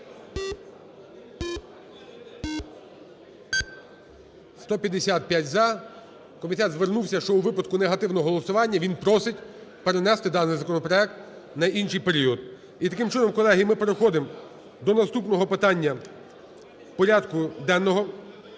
За-155 Комітет звернувся, що у випадку негативного голосування він просить перенести даний законопроект на інший період. І таким чином, колеги, ми переходимо до наступного питання порядку денного